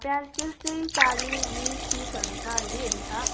प्याज त्यस्तै चालिस बिस तिसहरू छ हेरी हेरी छ